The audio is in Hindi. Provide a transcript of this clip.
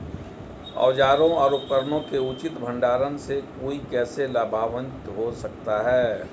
औजारों और उपकरणों के उचित भंडारण से कोई कैसे लाभान्वित हो सकता है?